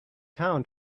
town